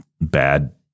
bad